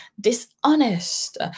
dishonest